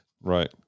Right